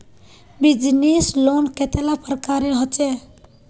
Business loan कतेला प्रकारेर होचे?